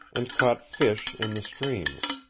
and caught fish in the streams.